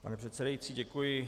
Pane předsedající, děkuji.